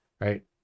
right